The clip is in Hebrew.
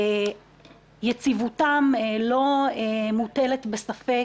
יציבותם לא מוטלת בספק.